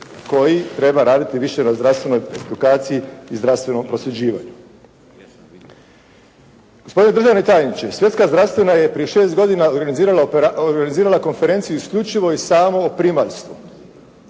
koji treba raditi više na zdravstvenoj edukaciji i zdravstvenom prosuđivanju. Gospodine državni tajniče Svjetska zdravstvena je prije 6 godina organizirala konferenciju isključivo i samo o primaljstvu.